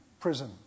prison